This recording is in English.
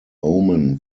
omen